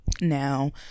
Now